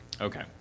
Okay